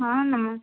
ହଁ ନମସ୍କାର